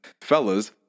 Fellas